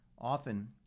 Often